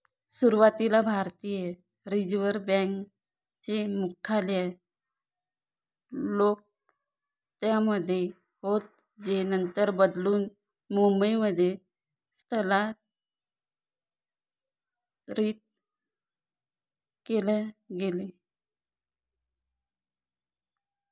सुरुवातीला भारतीय reserve bank चे मुख्यालय कोलकत्यामध्ये होतं जे नंतर बदलून मुंबईमध्ये स्थलांतरीत केलं गेलं